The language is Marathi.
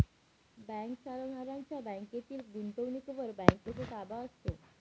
बँक चालवणाऱ्यांच्या बँकेतील गुंतवणुकीवर बँकेचा ताबा असतो